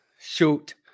Shoot